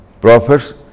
prophets